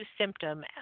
symptom